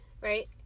right